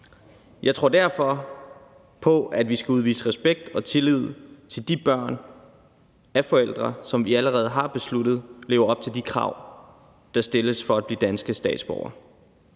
Jeg tror derfor på, at vi skal udvise respekt og tillid til de børn af forældre, som vi allerede har besluttet lever op til de krav, der stilles for at blive dansk statsborger.